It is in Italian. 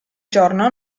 giorno